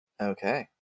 Okay